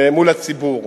מול הציבור.